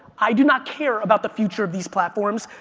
i do not care about the future of these platforms.